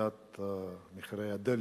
ולוועדת הכלכלה נתקבלה.